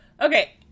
Okay